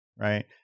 right